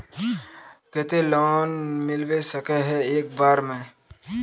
केते लोन मिलबे सके है एक बार में?